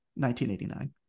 1989